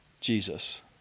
Jesus